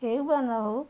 ହେଉ ବା ନହେଉ